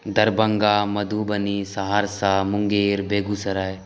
Darbhanga Madhubani Saharsa Munger Begusarai